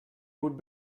would